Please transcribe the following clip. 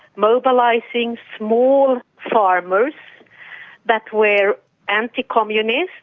mobilising small farmers that were anti-communist,